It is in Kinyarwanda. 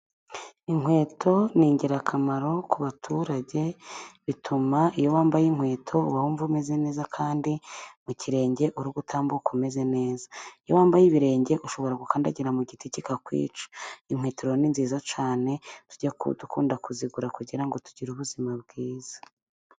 Inkweto ni ingirakamaro ku baturage, bituma iyo wambaye inkweto uba wumva umeze neza kandi mu kirenge uri gutambuka umeze neza. Iyo wambaye ibirenge ushobora gukandagira mu giti kikakwica. Inkweto ni nziza cyane tujye dukunda kuzigura kugira ngo tugire ubuzima bwiza.